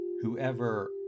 whoever